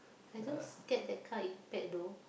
I don't get that kind of impact though